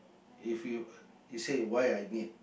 if you you say why I need